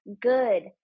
good